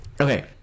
Okay